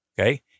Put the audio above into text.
Okay